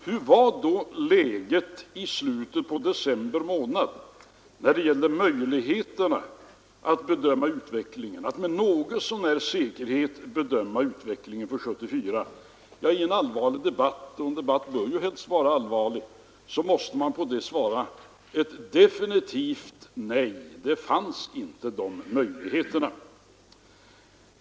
Hur var då läget i slutet på december månad när det gällde möjligheterna att med någorlunda säkerhet bedöma utvecklingen 1974? Ja, i en allvarlig debatt — och en debatt bör ju helst vara allvarlig — måste man definitivt svara: Nej, det fanns inga sådana möjligheter.